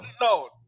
no